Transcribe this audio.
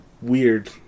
weird